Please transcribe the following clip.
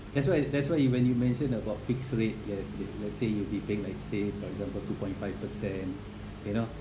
that's why that's why you when you mention about fixed rate yes if let's say you begin like say for example two point five percent you know